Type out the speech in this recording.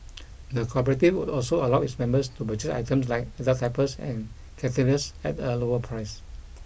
the cooperative would also allow its members to purchase items like adult diapers and catheters at a lower price